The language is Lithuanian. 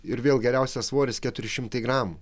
ir vėl geriausia svoris keturi šimtai gramų